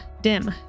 DIM